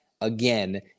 again